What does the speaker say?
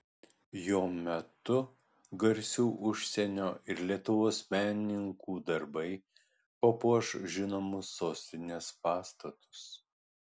jo metu garsių užsienio ir lietuvos menininkų darbai papuoš žinomus sostinės pastatus